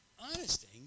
Honesty